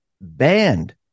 banned